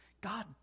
God